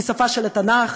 היא השפה של התנ"ך,